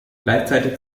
gleichzeitig